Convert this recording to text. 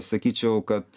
sakyčiau kad